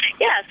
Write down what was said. Yes